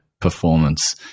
performance